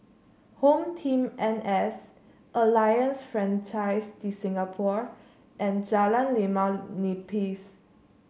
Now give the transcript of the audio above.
HomeTeam N S Alliance Francaise de Singapour and Jalan Limau Nipis